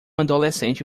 adolescente